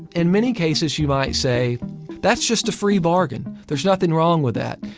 in many cases, you might say that's just a free bargain. there's nothing wrong with that.